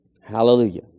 Hallelujah